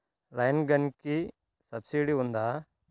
Rain గన్కి సబ్సిడీ ఉందా?